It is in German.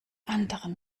anderen